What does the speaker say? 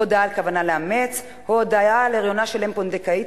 הודעה על כוונה לאמץ או הודעה על הריונה של אם פונדקאית,